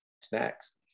snacks